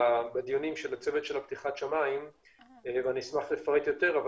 בדיונים של הצוות לפתיחת השמיים ואני אשמח לפרט יותר אבל